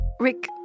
Rick